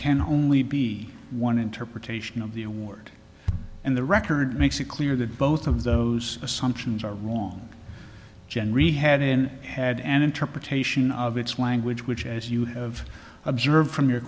can only be one interpretation of the award and the record makes it clear that both of those assumptions are wrong generally had in had an interpretation of its language which as you have observed from your